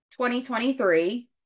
2023